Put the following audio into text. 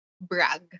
brag